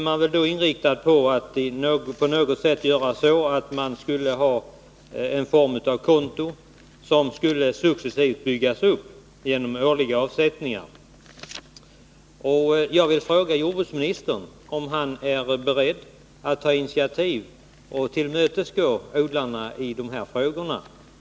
Man har då inriktat sig på att det skulle ordnas med någon form av konto, som sedan successivt skulle byggas upp genom årliga avsättningar. Jag vill fråga jordbruksministern om han är beredd att ta initiativ för att försöka tillmötesgå odlarna i detta hänseende.